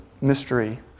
mystery